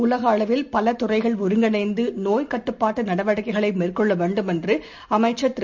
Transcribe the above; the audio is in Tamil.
உலகஅளவில் பலதுறைகள் ஒருங்கிணைந்துநோய் கட்டுப்பாட்டுநடவடிக்கைகளைமேற்கொள்ளவேண்டும் என்றுஅமைச்சர் திரு